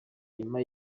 nyuma